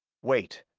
wait,